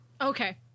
Okay